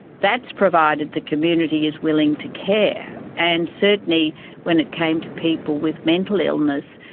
that's provided the community is willing to care. and certainly when it came to people with mental illness,